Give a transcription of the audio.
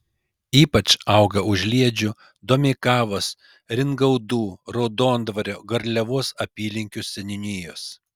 ypač auga užliedžių domeikavos ringaudų raudondvario garliavos apylinkių seniūnijos